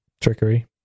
Trickery